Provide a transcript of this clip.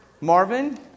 Marvin